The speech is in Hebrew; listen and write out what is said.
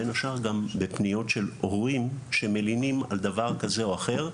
בין השאר גם בפניות של הורים שמלינים על דבר כזה או אחר.